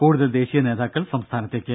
കൂടുതൽ ദേശീയ നേതാക്കൾ സംസ്ഥാനത്തേയ്ക്ക്